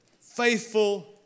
faithful